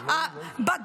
לא לטובת --- הגב'